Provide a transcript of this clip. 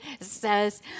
says